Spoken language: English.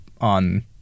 on